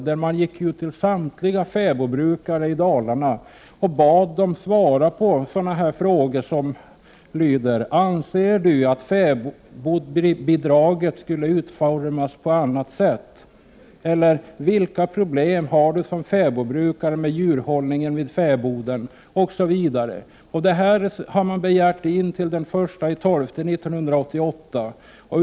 Det är ett frågeformulär till samtliga fäbodbrukare i Dalarna, där man ber dem svara på följande typ av frågor: Anser du att fäbodbidraget skulle utformas på annat sätt? Vilka problem har du som fäbodbrukare med djurhållningen vid fäboden? Svar på frågorna har begärts till den 1 december 1988.